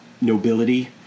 nobility